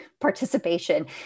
participation